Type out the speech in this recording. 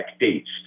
dates